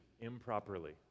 improperly